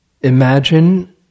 imagine